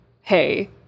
hey